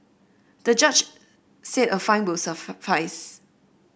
the judge said a fine will suffice